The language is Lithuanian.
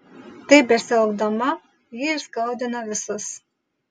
taip besielgdama ji įskaudina visus